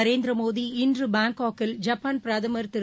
நரேந்திர மோடி இன்று பாங்காக்கில் ஜப்பான் பிரதம் திரு